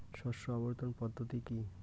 শস্য আবর্তন পদ্ধতি কি?